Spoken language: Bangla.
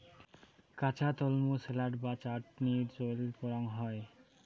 কাঁচা তলমু স্যালাড বা চাটনিত চইল করাং হই